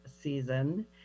season